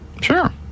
Sure